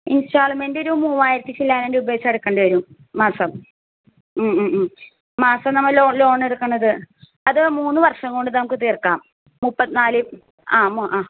ഇൻസ്റ്റാൾമെൻ്റൊരു മൂവായിരത്തി ശില്ലാനം രൂപ വെച്ചടക്കേണ്ടി വരും മാസം മാസം നമ്മൾ ലോ ലോൺ എടുക്കുന്നത് അത് മൂന്ന് വർഷം കൊണ്ട് നമുക്ക് തീർക്കാം മുപ്പത്തി നാല് ആ ആ